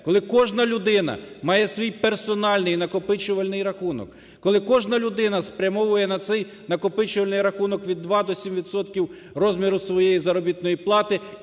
коли кожна людина має свій персональний накопичувальний рахунок, коли кожна людина спрямовує на цей накопичувальний рахунок від 2 до 7 відсотків розміру своєї заробітної плати,